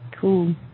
Cool